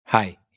Hi